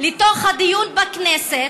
לתוך הדיון בכנסת,